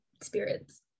spirits